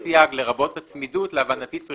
צריכות להישמר.